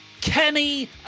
Kenny